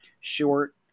short